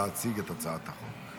את עאידה להציג את הצעת החוק.